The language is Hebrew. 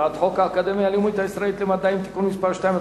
הצעת חוק האקדמיה הלאומית הישראלית למדעים (תיקון מס' 2),